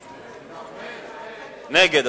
נגד.